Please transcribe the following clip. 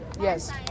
Yes